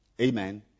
amen